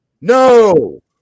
no